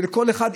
ובכל אחת,